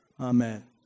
Amen